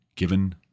given